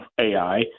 AI